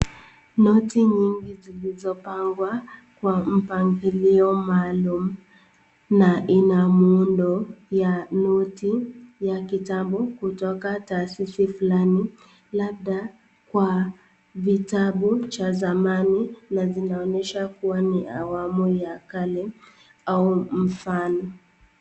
Noti nyingi zilizopangwa kwa mpangilio maalum na ina muundo ya noti ya kitambo kutoka taasisi fulani labda kwa vitabu cha zamani na zinaonyesha kuwa ni awamu ya kale au mfano.